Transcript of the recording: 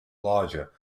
larger